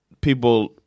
people